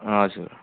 हजुर